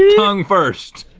tongue first.